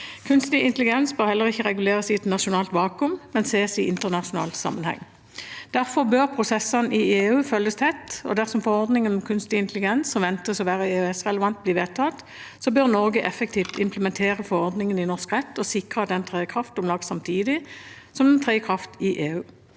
Kunstig intelligens bør heller ikke reguleres i et nasjonalt vakuum, men ses i internasjonal sammenheng. Derfor bør prosessene i EU følges tett, og dersom forordningen om kunstig intelligens – som ventes å være EØS-relevant – blir vedtatt, bør Norge effektivt implementere forordningen i norsk rett og sikre at den trer i kraft om lag samtidig som den trer i kraft i EU.